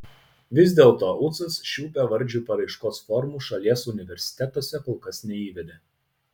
vis dėlto ucas šių bevardžių paraiškos formų šalies universitetuose kol kas neįvedė